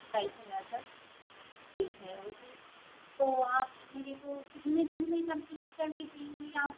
सत्ताईस हज़ार तक ठीक है उसी तो आप मेरे को कितने दिन में यह कंप्लीट करके देंगी आप